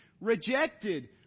rejected